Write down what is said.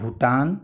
Bhutan